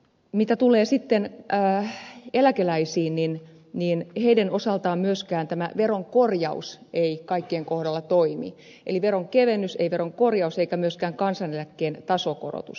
mitä tulee sitten eläkeläisiin niin heidän osaltaan myöskään tämä veron korjaus ei kaikkien kohdalla toimi ei veronkevennys ei veron korjaus eikä myöskään kansaneläkkeen tasokorotus